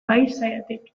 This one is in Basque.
paisaiatik